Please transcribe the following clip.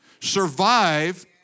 survive